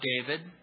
David